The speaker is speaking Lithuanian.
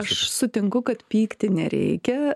aš sutinku kad pykti nereikia